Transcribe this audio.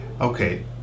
Okay